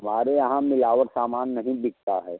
हमारे यहाँ मिलावट सामान नहीं बिकता है